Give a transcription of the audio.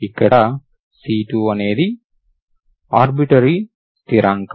ఇక్కడ C2 అనేది arbitrary స్థిరాంకం